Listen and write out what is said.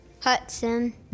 Hudson